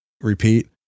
repeat